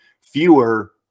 fewer